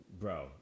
Bro